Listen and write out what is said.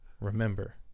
remember